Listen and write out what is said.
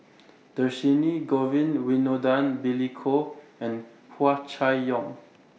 Dhershini Govin Winodan Billy Koh and Hua Chai Yong